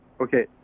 Okay